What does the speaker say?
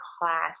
class